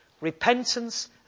repentance